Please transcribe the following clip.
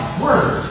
word